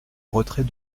retrait